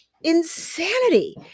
insanity